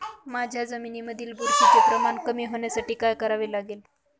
माझ्या जमिनीमधील बुरशीचे प्रमाण कमी होण्यासाठी काय करावे लागेल?